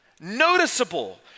noticeable